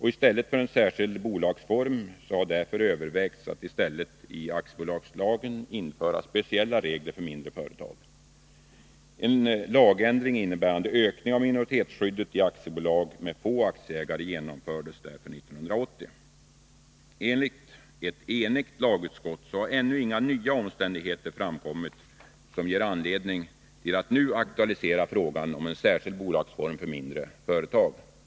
I stället för en särskild bolagsform övervägdes därför att i aktiebolagslagen införa särskilda regler för mindre företag. En lagändring innebärande ökning av minoritetsskyddet i aktiebolag med få aktieägare genomfördes således 1980. Enligt ett enigt lagutskott har ännu inga nya omständigheter framkommit som ger anledning att ånyo aktualisera frågan om särskild bolagsform för mindre företag.